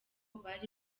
bari